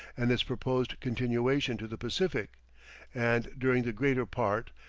and its proposed continuation to the pacific and during the greater part,